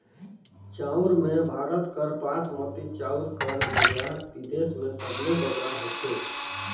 चाँउर में भारत कर बासमती चाउर कर निरयात बिदेस में सबले बगरा होथे